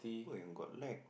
apa yang got lag